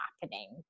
happening